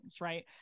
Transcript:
right